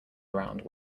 around